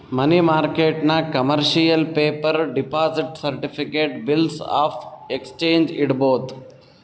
ಮನಿ ಮಾರ್ಕೆಟ್ನಾಗ್ commercial paper, deposit certificate, bills of exchange ಇಡ್ಬೋದ್